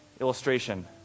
illustration